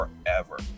forever